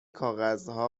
کاغذها